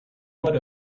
what